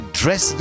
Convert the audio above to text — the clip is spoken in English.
dress